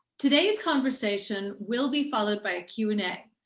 today's conversation will be followed by a q and a.